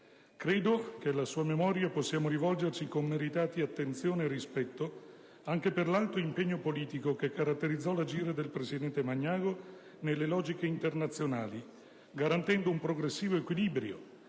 Credo che alla sua memoria possiamo rivolgerci con meritati attenzione e rispetto, anche per l'alto impegno politico che caratterizzò l'agire del presidente Magnago nelle logiche internazionali, garantendo un progressivo equilibrio